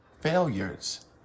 failures